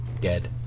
dead